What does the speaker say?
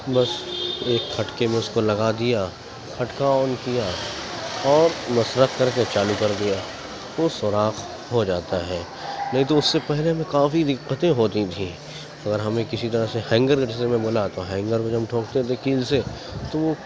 بس ایک کھٹکے میں اس کو لگا دیا کھٹکا آن کیا اور بس رکھ کر کے چالو کر دیا وہ سوراخ ہو جاتا ہے نہیں تو اس سے پہلے میں کافی دقتیں ہوتی تھیں اگر ہمیں کسی طرح سے ہینگر کا جیسے میں بولا تو ہینگر کو جب ہم ٹھوکتے تھے کیل سے تو